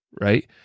Right